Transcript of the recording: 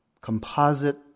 composite